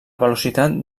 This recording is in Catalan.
velocitat